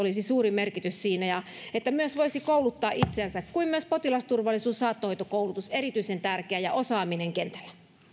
olisi suuri merkitys että voisi myös kouluttaa itseänsä kuin myös potilasturvallisuus saattohoitokoulutus erityisen tärkeä ja osaaminen kentällä